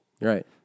Right